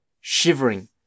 shivering